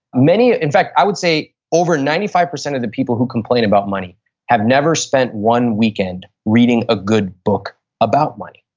many in fact, i would say over ninety five percent of the people who complain about money have never spent one weekend reading a good book about money.